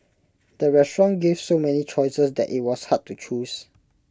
the restaurant gave so many choices that IT was hard to choose